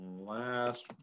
Last